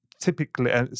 typically